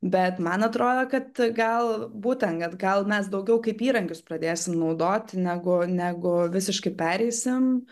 bet man atrodo kad gal būtent kad gal mes daugiau kaip įrankius pradėsim naudoti negu negu visiškai pereisim